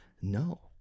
no